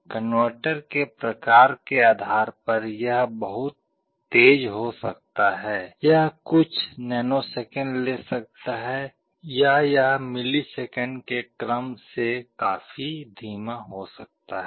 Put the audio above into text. converter के प्रकार के आधार पर यह बहुत तेज़ हो सकता है यह कुछ नैनोसेकंड ले सकता है या यह मिलीसेकंड के क्रम से काफी धीमा हो सकता है